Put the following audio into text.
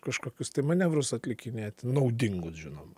kažkokius tai manevrus atlikinėti naudingus žinoma